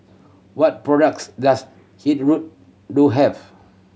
what products does Hill Road do have